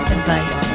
Advice